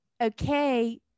okay